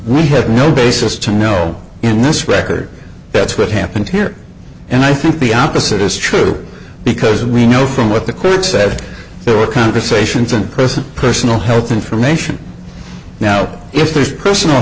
we have no basis to know in this record that's what happened here and i think the opposite is true because we know from what the court said there were conversations in person personal health information now if there's personal